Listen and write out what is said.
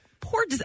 poor